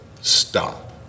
stop